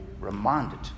reminded